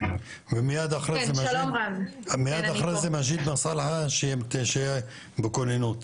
ומייד אחרי זה מג'יד מסאלחה שיהיה בכוננות,